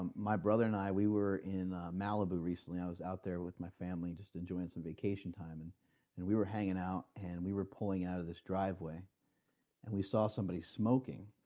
um my brother and i, we were in malibu recently. i was out there with my family just enjoying some vacation time. and and we were hanging out and we were pulling out of this driveway and we saw somebody smoking.